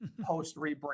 post-rebrand